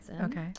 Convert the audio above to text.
okay